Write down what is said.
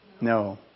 No